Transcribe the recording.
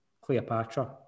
Cleopatra